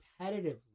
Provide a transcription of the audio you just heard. competitively